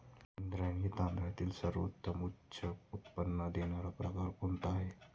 इंद्रायणी तांदळातील सर्वोत्तम उच्च उत्पन्न देणारा प्रकार कोणता आहे?